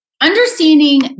Understanding